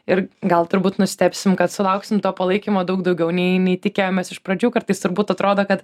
ir gal turbūt nustebsim kad sulauksim to palaikymo daug daugiau nei nei tikėjomės iš pradžių kartais turbūt atrodo kad